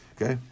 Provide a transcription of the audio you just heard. Okay